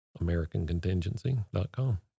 AmericanContingency.com